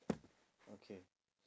okay